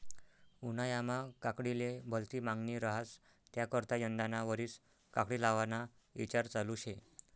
उन्हायामा काकडीले भलती मांगनी रहास त्याकरता यंदाना वरीस काकडी लावाना ईचार चालू शे